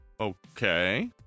okay